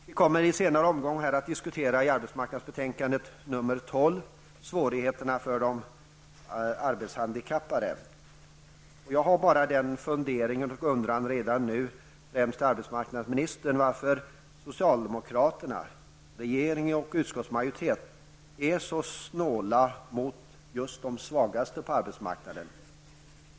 Vi kommer i en senare omgång att diskutera det avsnitt i arbetsmarknadsdepartementets betänkande 12 som handlar om de arbetshandikappades svårigheter. Men jag vill redan nu fråga främst arbetsmarknadsministern varför socialdemokraterna, regeringen och utskottsmajoriteten är så snåla mot just de svagaste på arbetsmarknaden.